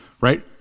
Right